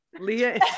Leah